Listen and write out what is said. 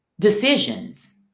decisions